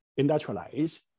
industrialize